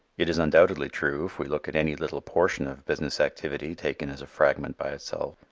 it is undoubtedly true if we look at any little portion of business activity taken as a fragment by itself.